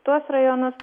tuos rajonus